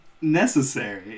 necessary